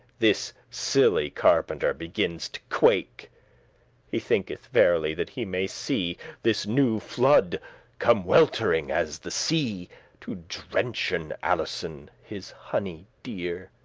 this silly carpenter begins to quake he thinketh verily that he may see this newe flood come weltering as the sea to drenchen alison, his honey dear.